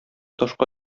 ташка